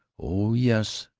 oh, yes,